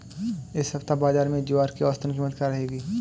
इस सप्ताह बाज़ार में ज्वार की औसतन कीमत क्या रहेगी?